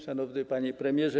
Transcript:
Szanowny Panie Premierze!